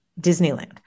Disneyland